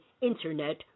internet